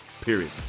period